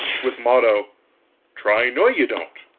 with motto try noyoudont.